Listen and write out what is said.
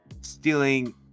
stealing